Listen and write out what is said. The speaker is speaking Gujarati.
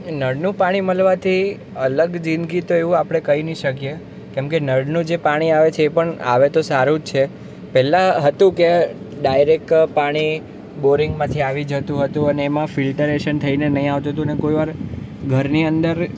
નળનું પાણી મળવાથી અલગ જીંદગી તો એવું આપણે કહી નહીં શકીએ કેમ કે નળનું જે પાણી આવે છે એ પણ આવે તો સારું જ છે પહેલાં હતું કે ડાઇરેક પાણી બોરિંગમાંથી આવી જતું હતું અને એમાં ફિલ્ટરએસન થઈને નહીં આવતું હતું ને કોઈવાર ઘરની અંદર